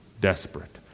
desperate